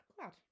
Glad